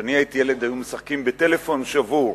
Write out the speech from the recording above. כשאני הייתי ילד היו משחקים ב"טלפון שבור".